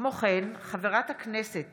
כמו כן, חברת הכנסת